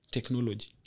Technology